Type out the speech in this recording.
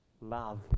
love